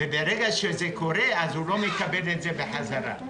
וברגע שזה קורה הוא לא מקבל את הכסף בחזרה.